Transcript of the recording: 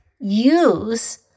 use